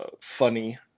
funny